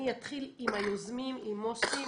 אני אתחיל עם היוזמים, עם מוסי.